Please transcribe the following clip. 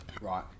Right